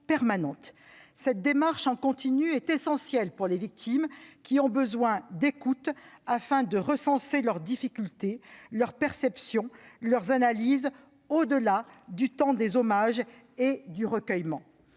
Cette démarche en continu est essentielle pour les victimes, qui ont besoin d'écoute afin de recenser leurs difficultés, leurs perceptions, leurs analyses, au-delà du temps des hommages et du recueillement.